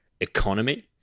economy